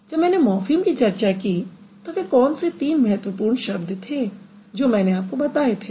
जब मैंने मॉर्फ़िम की चर्चा की तब वे कौन से तीन महत्वपूर्ण शब्द थे जो मैंने आपको बताए थे